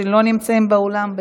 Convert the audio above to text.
שלא נמצאים באולם.